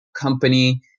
company